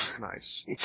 nice